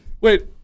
Wait